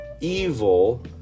evil